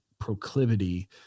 proclivity